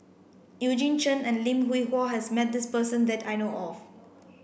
Eugene Chen and Lim Hwee Hua has met this person that I know of